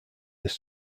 this